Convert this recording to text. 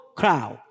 crowd